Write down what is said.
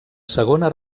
segona